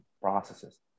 processes